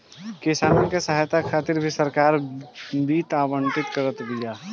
किसानन के सहायता खातिर भी सरकार वित्त आवंटित करत बिया